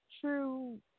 true